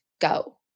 go